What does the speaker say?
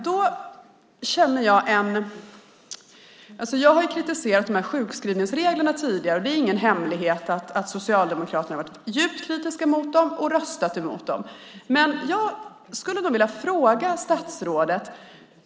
Jag har kritiserat sjukskrivningsreglerna tidigare. Det är ingen hemlighet att Socialdemokraterna har varit djupt kritiska mot dem och röstat emot dem. Men jag skulle vilja ställa en fråga till statsrådet.